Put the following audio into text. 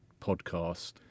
podcast